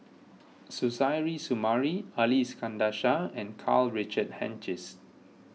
Suzairhe Sumari Ali Iskandar Shah and Karl Richard Hanitsch